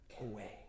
away